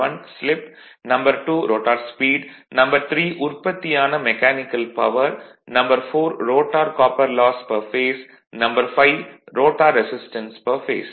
1 slip 2 rotor speed 3 உற்பத்தியான mechanical power 4 rotor copper loss per phase 5 rotor resistance per base